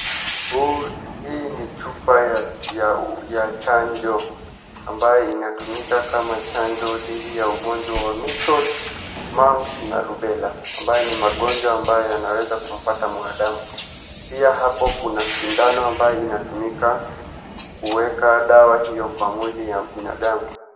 Hii ni chupa ya chanjo ambayo inatumika kama chanjo dhidi ya ugonjwa wa meaeales, mumps na rubela. Ambayo ni magonjwa ambayo yanaweza kumpata mwanadamu. Pia hapo kuna sindano ambayo inatumika kueka dawa hiyo kwa mwili ya mwanadamu.